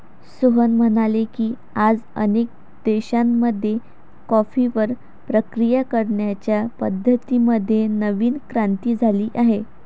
सोहन म्हणाले की, आज अनेक देशांमध्ये कॉफीवर प्रक्रिया करण्याच्या पद्धतीं मध्ये नवीन क्रांती झाली आहे